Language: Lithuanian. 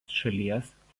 šalies